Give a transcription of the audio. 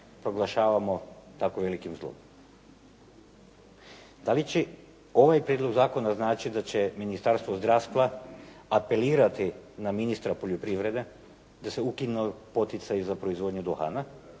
proglašavamo tako velikim zlom. Da li ovaj prijedlog zakona znači da će Ministarstvo zdravstva apelirati na ministra poljoprivrede da se ukinu poticaji za proizvodnju duhana